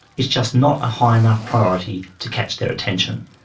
it's just not a high enough priority to catch their attention.